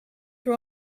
were